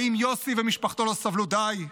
האם יוסי ומשפחתו לא סבלו די?